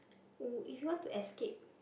oh if you want to escape